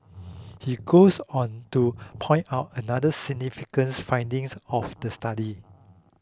he goes on to point out another significant findings of the study